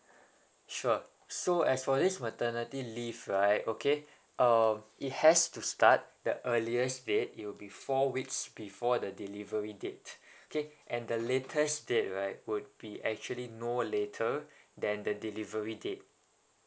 sure so as for this maternity leave right okay uh it has to start the earliest date it will be four weeks before the delivery date okay and the latest date right would be actually no later than the delivery date